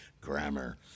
grammar